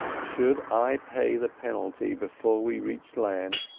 should i pay the penalty before we reach land,